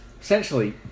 essentially